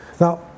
Now